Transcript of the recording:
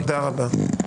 תודה רבה.